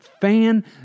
Fan